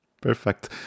Perfect